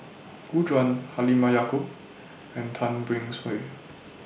Gu Juan Halimah Yacob and Tan Beng Swee